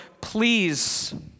please